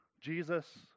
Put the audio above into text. Jesus